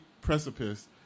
precipice